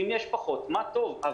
אם יש פחות מה טוב.